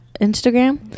Instagram